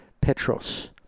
Petros